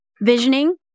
visioning